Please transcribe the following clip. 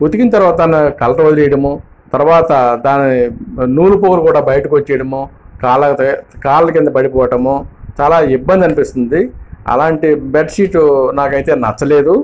ఉతికిన తర్వాత కలర్ వదిలేయడము తర్వాత దాని నూలుపోగులు కూడా బయటకి వచ్చేయడము కాళ్ళకుత కాళ్ళ కింద పడిపోవడం చాలా ఇబ్బంది అనిపిస్తుంది అలాంటి బెడ్షీట్ నాకు అయితే నచ్చలేదు